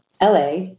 LA